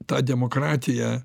tą demokratiją